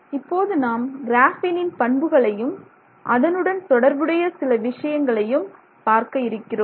இப்போது நாம் கிராஃபீனின் பண்புகளையும் அதனுடன் தொடர்புடைய சில விஷயங்களையும் பார்க்க இருக்கிறோம்